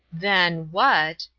then, what,